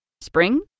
Spring